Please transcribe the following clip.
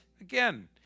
again